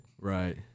Right